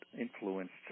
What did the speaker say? influenced